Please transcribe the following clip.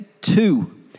two